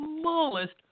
smallest